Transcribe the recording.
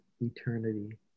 eternity